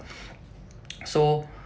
so